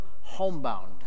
homebound